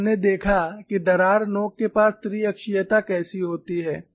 फिर हमने देखा कि दरार नोक के पास त्रिअक्षीयता कैसे होती है